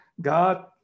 God